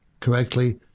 correctly